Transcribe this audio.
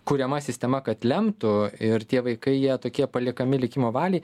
kuriama sistema kad lemtų ir tie vaikai jie tokie paliekami likimo valiai